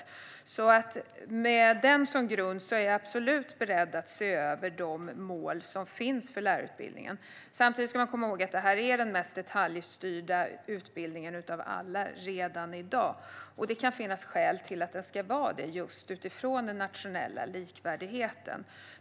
Med utvärderingen som grund är jag alltså absolut beredd att se över de mål som finns för lärarutbildningen. Samtidigt ska man komma ihåg att detta redan i dag är den mest detaljstyrda utbildningen av alla. Det kan finnas skäl till att den ska vara det, just utifrån den nationella likvärdigheten.